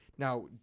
Now